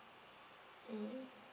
mm